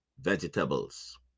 vegetables